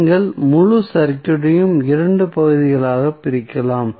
நீங்கள் முழு சர்க்யூட்டையும் 2 பகுதிகளாக பிரிக்கலாம்